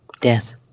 Death